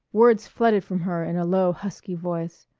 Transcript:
words flooded from her in a low husky voice.